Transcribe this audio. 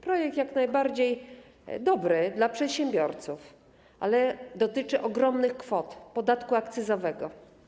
Projekt jest jak najbardziej dobry dla przedsiębiorców, ale dotyczy ogromnych kwot podatku akcyzowego.